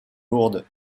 lourdes